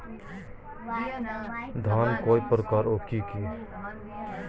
ঋণ কয় প্রকার ও কি কি?